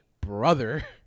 brother